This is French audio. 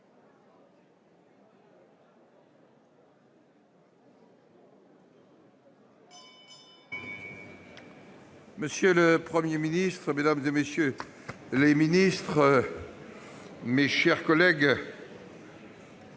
Monsieur le Premier ministre, mesdames, messieurs les ministres, mes chers collègues,